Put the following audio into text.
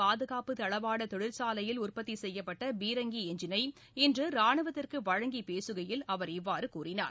பாதுகாப்பு தளவாட தொழிற்சாலையில் உற்பத்தி செய்யப்பட்ட பீரங்கி எஞ்சினை இன்று ராணுவத்திற்கு வழங்கி பேசுகையில் அவர் இவ்வாறு கூறினார்